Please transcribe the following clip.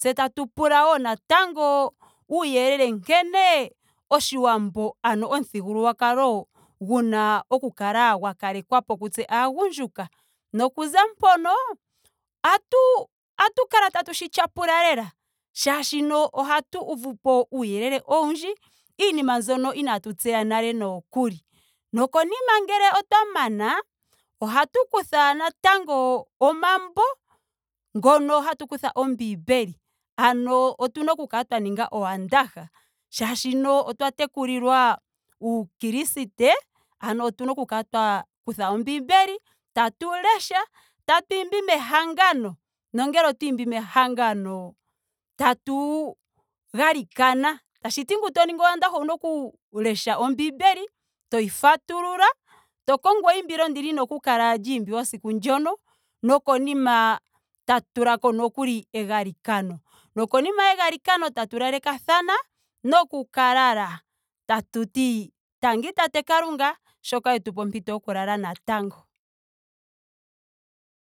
Tse tatu pula natango nkene oshiwambo ano omuthiguulwakalo guna oku kala gwa kalekwapo kutse aagundjuka. Nokuza mpoka atu- atu kala tatu shi tyapula lela molwaashoka ohatu uvupo uuyelele oundji iinima mbyoka inaatu tseya nale nookuli. Nokonima ngele otwa mana ohatu kutha natango omambo. ngono hatu kutha ombiibeli. ano otuna oku kala twa ninga owandaha molwaashoka otwa tekulilwa uukriste. ano otuna oku kala twa kutha ombiibeli. tatu lesha. tatu imbi mehangano. nongele otwa imbi mehangano tatu galikana. tashiti ngu to ningi owandaha ouna oku lesha ombiimbeli. toyi fatulula. to kongo eimbilo ndi lina oku kala lya imbiwa esiku ndyono. nokonima. tatu tulako nokuli egalikano. Nokonima yegalikano tatu lalekathana noku ka lala. Tatuti tangi tate kalunga sho wetu pe ompito yoku lala natango.